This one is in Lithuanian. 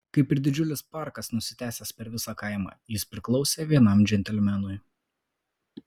kaip ir didžiulis parkas nusitęsęs per visą kaimą jis priklausė vienam džentelmenui